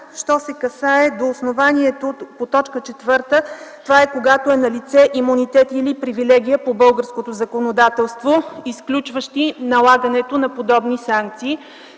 Що се касае до основанието по т. 4 – когато са налице имунитет или привилегия по българското законодателство, изключващи налагането на подобни санкции.